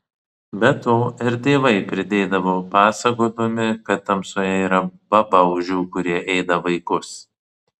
be to ir tėvai pridėdavo pasakodami kad tamsoje yra babaužių kurie ėda vaikus